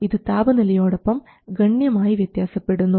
ഇത് താപനിലയോടൊപ്പം ഗണ്യമായി വ്യത്യാസപ്പെടുന്നു